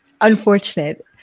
unfortunate